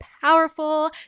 powerful